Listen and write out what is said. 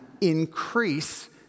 increase